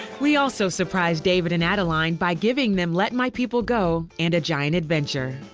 we also surprised david and adeline by giving them let my people go and a giant adventure.